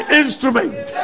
instrument